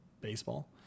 baseball